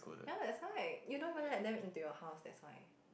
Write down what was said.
ya that's why you don't even let them into your house that's why